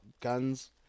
guns